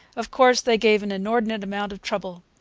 of course, they gave an inordinate amount of trouble.